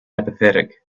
apathetic